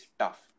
tough